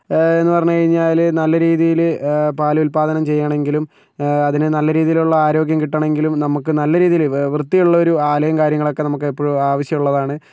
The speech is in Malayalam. ഏ എന്ന് പറഞ്ഞു കഴിഞ്ഞാല് നല്ലരീതിയില് പാലുത്പാദനം ചെയ്യണമെങ്കിലും അതിന് നല്ലരീതിയുള്ള ആരോഗ്യം കിട്ടണമെങ്കിലും നമുക്ക് നല്ല രീതിയില് വൃത്തിയുള്ള ഒരു ആലയും കാര്യങ്ങളൊക്കേ നമുക്ക് എപ്പഴും ആവശ്യമുള്ളതാണ്